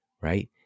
right